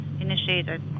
initiated